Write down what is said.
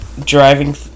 driving